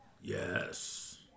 Yes